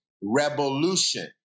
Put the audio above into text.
revolution